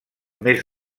més